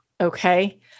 Okay